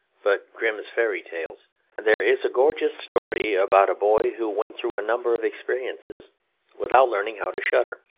but grimm's fairy tales there is a gorgeous story about a boy who went through a number of experiences without learning how to shudder.